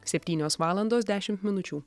septynios valandos dešimt minučių